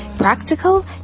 Practical